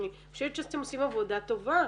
אני חושבת שאתם עושים עבודה טובה,